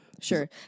Sure